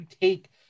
take